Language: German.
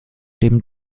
dem